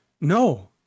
No